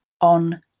on